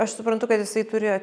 aš suprantu kad jisai turi